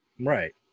Right